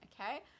okay